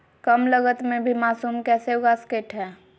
कम लगत मे भी मासूम कैसे उगा स्केट है?